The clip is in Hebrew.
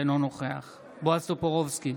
אינו נוכח בועז טופורובסקי,